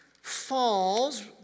falls